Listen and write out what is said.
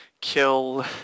kill